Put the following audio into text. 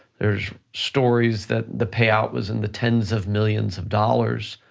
there's stories that the payout was in the ten s of millions of dollars